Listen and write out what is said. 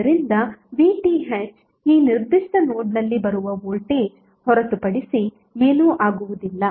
ಆದ್ದರಿಂದ VTh ಈ ನಿರ್ದಿಷ್ಟ ನೋಡ್ನಲ್ಲಿ ಬರುವ ವೋಲ್ಟೇಜ್ ಹೊರತುಪಡಿಸಿ ಏನೂ ಆಗುವುದಿಲ್ಲ